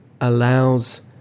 allows